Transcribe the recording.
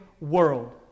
world